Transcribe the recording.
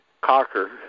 cocker